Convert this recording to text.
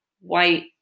white